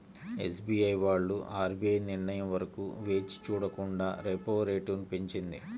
SBI వాళ్ళు RBI నిర్ణయం వరకు వేచి చూడకుండా రెపో రేటును పెంచింది